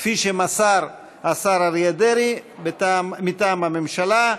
כפי שמסר השר אריה דרעי מטעם הממשלה.